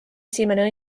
esimene